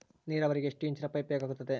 ನೇರಾವರಿಗೆ ಎಷ್ಟು ಇಂಚಿನ ಪೈಪ್ ಬೇಕಾಗುತ್ತದೆ?